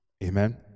Amen